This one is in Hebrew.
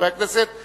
חבר הכנסת חנין,